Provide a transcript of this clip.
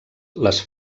les